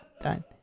done